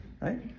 right